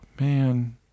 Man